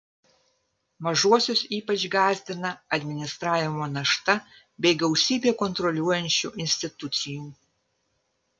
mažuosius ypač gąsdina administravimo našta bei gausybė kontroliuojančių institucijų